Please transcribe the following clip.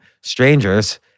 strangers